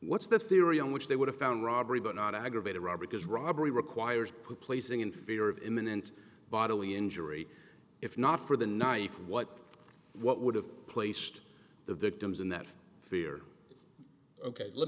what's the theory on which they would have found robbery but not aggravated robbery because robbery requires put placing in fear of imminent bodily injury if not for the knife what what would have placed the victims in that fear ok let